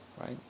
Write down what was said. Right